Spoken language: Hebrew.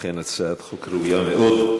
אנחנו רוצים להודות לך.